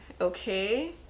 okay